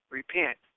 repent